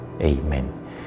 Amen